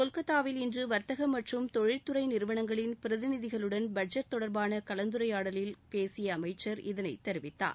கொல்கத்தாவில் இன்று வர்த்தக மற்றும் தொழில்துறை நிறுவனங்களின் பிரதிநிதிகளுடன் பட்ஜெட் தொடர்பான கலந்துரையாடலில் பேசிய அமைச்சர் இதனைத் தெரிவித்தார்